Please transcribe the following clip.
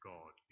God